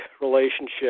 relationship